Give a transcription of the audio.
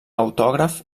autògrafs